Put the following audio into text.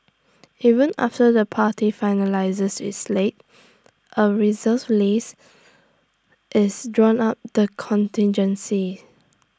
even after the party finalises its slate A reserves list is drawn up the contingencies